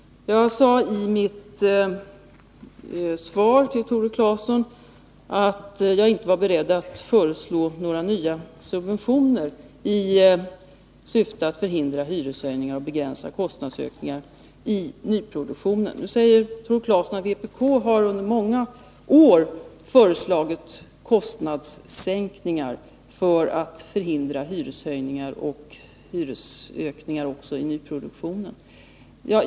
Jag sade i mitt svar till Tore Claeson att jag inte var beredd att föreslå några nya subventioner i syfte att förhindra hyreshöjningar och begränsa kostnads ökningar i nyproduktionen. Nu säger Tore Claeson att vpk under många år har föreslagit kostnadssänkningar för att förhindra hyreshöjningar också i nyproduktionen.